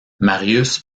marius